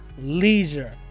leisure